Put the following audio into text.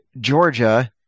Georgia